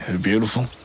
beautiful